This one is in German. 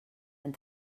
und